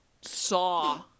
saw